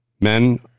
men